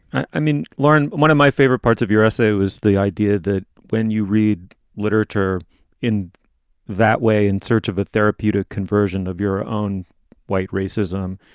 i mean, lawrence, one of my favorite parts of your essay was the idea that when you read literature in that way, in search of a therapeutic conversion of your own white racism,